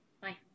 bye